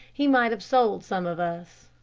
he might have sold some of us.